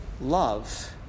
love